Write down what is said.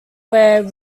where